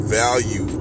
value